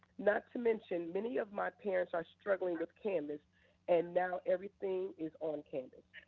not to mention many of my parents are struggling with canvas and now everything is on canvas.